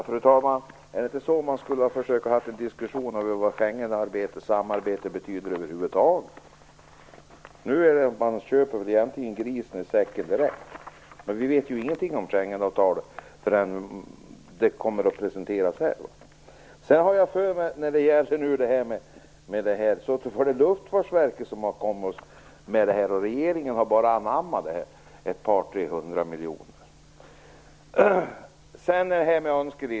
Fru talman! Är det inte så att man skulle försökt ha en diskussion om vad Schengenavtalet betyder över huvud taget? Nu köper man egentligen grisen i säcken direkt. Vi vet ju ingenting om Schengenavtalet förrän det presenteras här. Jag har för mig att det var Luftfartsverket som kom med "några hundra miljoner" och att regeringen bara har anammat det.